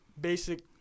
Basic